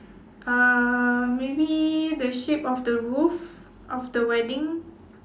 um maybe the shape of the roof of the wedding